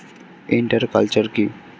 Inter culture কি?